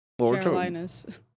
carolinas